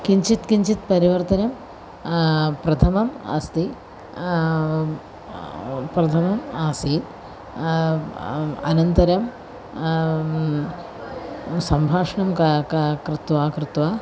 किञ्चित् किञ्चित् परिवर्तनं प्रथमम् अस्ति प्रथमम् आसीत् अनन्तरं सम्भाषणं क क कृत्वा कृत्वा